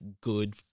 good